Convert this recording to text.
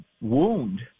wound